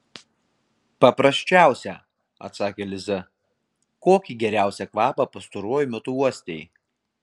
paprasčiausią atsakė liza kokį geriausią kvapą pastaruoju metu uostei